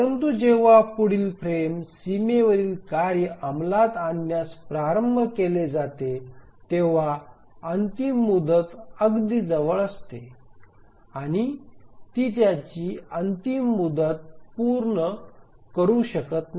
परंतु जेव्हा पुढील फ्रेम सीमेवरील कार्य अंमलात आणण्यास प्रारंभ केले जाते तेव्हा अंतिम मुदत अगदी जवळ असते आणि ती त्याची अंतिम मुदत पूर्ण करू शकत नाही